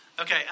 Okay